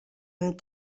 amb